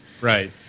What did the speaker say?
Right